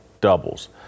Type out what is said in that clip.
doubles